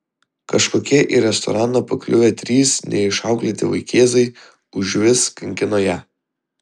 kažkokie į restoraną pakliuvę trys neišauklėti vaikėzai užvis kankino ją